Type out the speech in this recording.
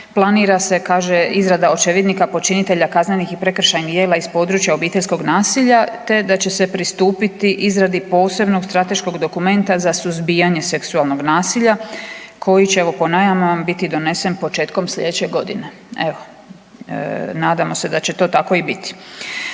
planira se kaže izrada očevidnika počinitelja kaznenih i prekršajnih djela iz područja obiteljskog nasilja te da će se pristupiti izradi posebnog strateškog dokumenta za suzbijanje seksualnog nasilja koji će evo po najavama biti donesen početkom sljedeće godine. Evo nadam se da će to tako i biti.